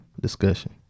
discussion